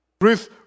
Ruth